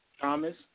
Thomas